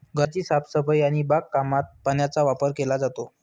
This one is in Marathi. घराची साफसफाई आणि बागकामात पाण्याचा वापर केला जातो